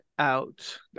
out